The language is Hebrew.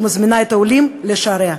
שמזמינה את העולים לשעריה.